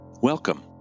Welcome